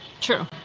True